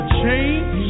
change